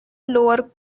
lower